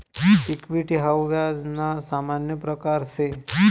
equity हाऊ व्याज ना सामान्य प्रकारसे